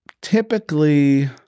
typically